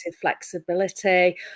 flexibility